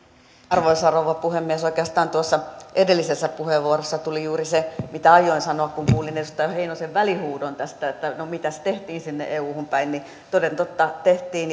arvoisa rouva puhemies oikeastaan tuossa edellisessä puheenvuorossa tuli juuri se mitä aioin sanoa kun kuulin edustaja heinosen välihuudon tästä että no mitäs tehtiin sinne euhun päin toden totta tehtiin